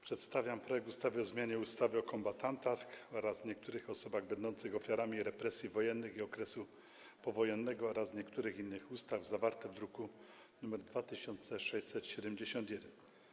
Przedstawiam projekt ustawy o zmianie ustawy o kombatantach oraz niektórych osobach będących ofiarami represji wojennych i okresu powojennego oraz niektórych innych ustaw, zawarty w druku nr 2671.